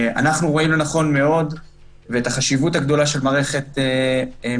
אנחנו רואים את החשיבות הגדולה של מערכת מחשוב